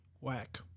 Whack